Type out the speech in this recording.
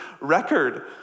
record